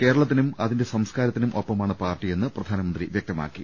കേരളത്തിനും അതിന്റെ സംസ്കാരത്തിനും ഒപ്പമാണ് പാർട്ടിയെന്ന് പ്രധാനമന്ത്രി വ്യക്തമാക്കി